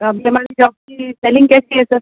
अभी हमारी शॉपस की सेलिंग कैसी है सर